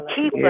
Keep